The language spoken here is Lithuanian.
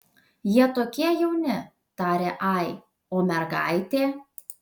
jie tokie jauni tarė ai o mergaitė